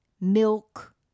milk